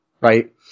Right